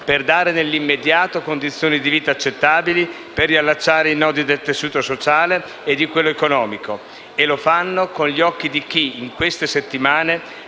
per dare nell'immediato condizioni di vita accettabili, per riallacciare i nodi del tessuto sociale e di quello economico. E lo fanno con gli occhi di chi, in queste settimane,